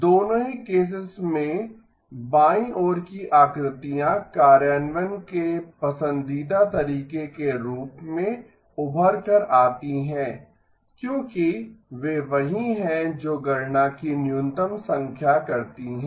दोनों ही केसेस में बाईं ओर की आकृतियाँ कार्यान्वयन के पसंदीदा तरीके के रूप मे उभर कर आतीं हैं क्योंकि वे वही हैं जो गणना की न्यूनतम संख्या करतीं हैं